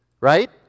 right